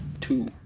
two